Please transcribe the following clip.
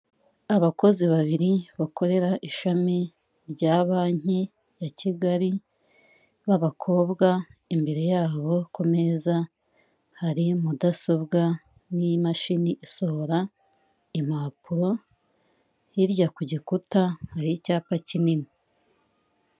Abakozi babiri bakorera ishami rya banki ya Kigali b'abakobwa, imbere yabo ku meza hari mudasobwa n'imashini isohora impapuro, hirya ku gikuta hari icyapa kinini.